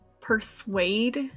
persuade